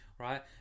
Right